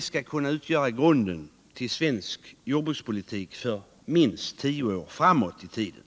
skall kunna utgöra grunden för svensk jordbrukspolitik under minst tio år framåt i tiden.